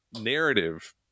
narrative